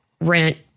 rent